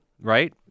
right